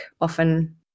often